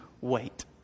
wait